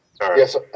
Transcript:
Yes